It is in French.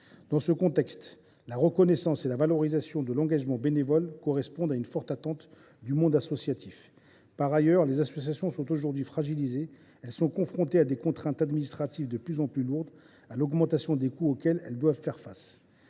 Dans ce contexte, la reconnaissance et la valorisation de l’engagement bénévole répondent à une forte attente du monde associatif. Par ailleurs, les associations sont fragilisées : elles sont confrontées à des contraintes administratives de plus en plus lourdes, ainsi qu’à l’augmentation des coûts auxquels elles doivent faire face.